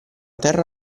terra